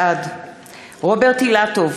בעד רוברט אילטוב,